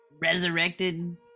resurrected